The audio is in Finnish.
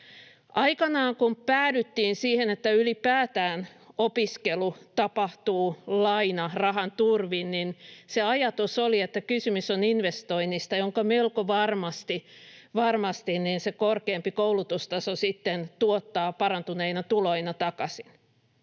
Aikanaan kun päädyttiin siihen, että ylipäätään opiskelu tapahtuu lainarahan turvin, niin se ajatus oli, että kysymys on investoinnista, jonka melko varmasti se korkeampi koulutustaso tuottaa takaisin